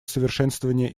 совершенствования